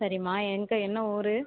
சரிம்மா எங்கே என்ன ஊர்